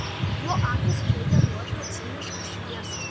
jo akys skleidė nuožmią cinišką šviesą